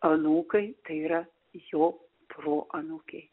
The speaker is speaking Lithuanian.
anūkai tai yra jo proanūkiai